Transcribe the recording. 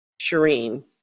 Shireen